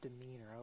demeanor